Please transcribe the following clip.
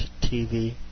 TV